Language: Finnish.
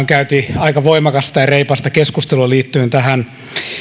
käytiin aika voimakasta ja reipasta keskustelua liittyen tähän